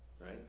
right